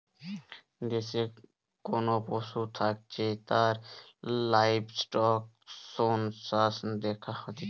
দেশে কোন পশু থাকতিছে তার লাইভস্টক সেনসাস দ্যাখা হতিছে